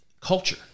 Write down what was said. culture